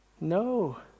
No